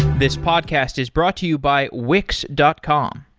this podcast is brought to you by wix dot com.